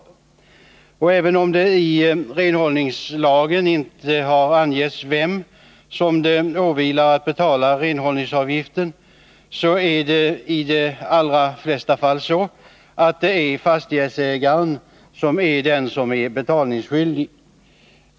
Även om det i renhållningslagen inte har angetts vem det åvilar att betala renhållningsavgiften, är det i de allra flesta fall fastighetsägaren som är betalningsskyldig.